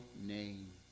name